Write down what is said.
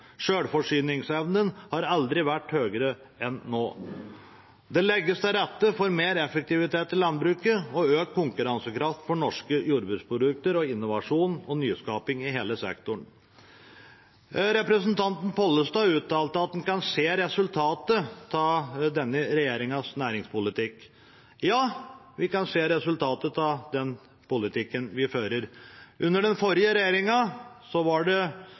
Selvforsyningsevnen har aldri vært større enn nå. Det legges til rette for mer effektivitet i landbruket, økt konkurransekraft for norske jordbruksprodukter og innovasjon og nyskaping i hele sektoren. Representanten Pollestad uttalte at man kan se resultatet av denne regjeringens næringspolitikk. Ja, vi kan se resultatet av den politikken vi fører. Under den forrige regjeringen var det